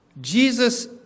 Jesus